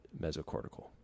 mesocortical